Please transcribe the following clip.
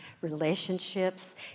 relationships